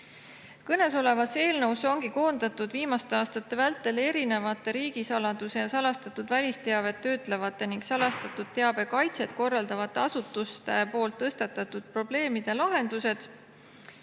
vormilisi. Kõnesolevas eelnõus ongi koondatud viimaste aastate vältel erinevate riigisaladuse ja salastatud välisteavet töötlevate ning salastatud teabe kaitset korraldavate asutuste tõstatatud probleemide lahendused.